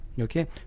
Okay